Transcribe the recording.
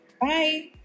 Bye